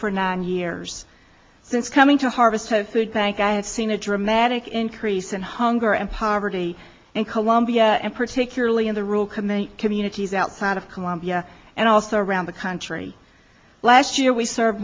for nine years since coming to harvest have food bank i have seen a dramatic increase in hunger and poverty and colombia and particularly in the rural command communities outside of colombia and also around the country last year we serve